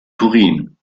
turin